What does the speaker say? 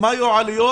מה היו העליות?